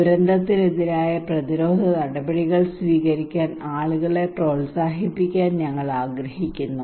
ദുരന്തത്തിനെതിരായ പ്രതിരോധ നടപടികൾ സ്വീകരിക്കാൻ ആളുകളെ പ്രോത്സാഹിപ്പിക്കാൻ ഞങ്ങൾ ആഗ്രഹിക്കുന്നു